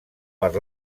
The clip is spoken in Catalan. per